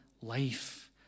life